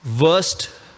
worst